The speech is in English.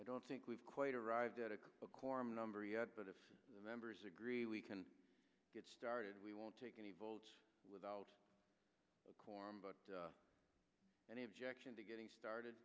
i don't think we've quite arrived at a quorum number yet but if the members agree we can get started we won't take any votes without corm but any objection to getting started